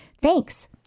Thanks